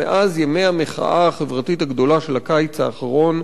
כי מאז ימי המחאה החברתית הגדולה של הקיץ האחרון,